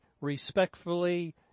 respectfully